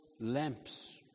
lamps